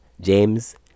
James